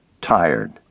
tired